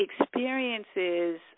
experiences